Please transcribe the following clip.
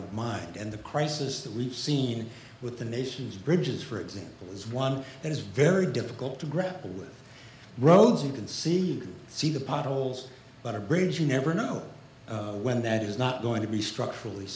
of mind and the crisis that we've seen with the nation's bridges for example is one that is very difficult to grapple with roads you can see see the potholes but our bridges you never know when that is not going to be structurally